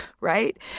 right